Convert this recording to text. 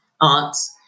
Arts